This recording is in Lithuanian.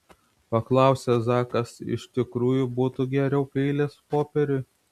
paklausė zakas iš tikrųjų būtų geriau peilis popieriui